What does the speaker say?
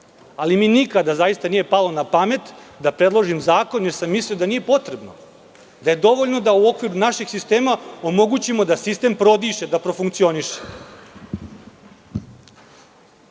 mi nikada nije palo na pamet da predložim zakon, jer sam mislio da nije potrebno. Mislio sam da je dovoljno da u okviru našeg sistema omogućimo da sistem prodiše, da profunkcioniše. Na